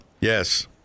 Yes